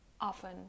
often